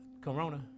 Corona